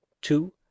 Two